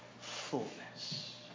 fullness